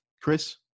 Chris